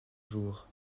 jour